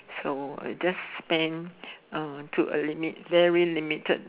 so I just spent uh to a limit very limited